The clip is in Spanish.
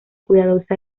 cuidadosa